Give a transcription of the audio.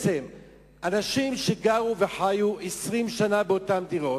אנשים שגרו וחיו 20 שנה באותן דירות,